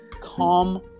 come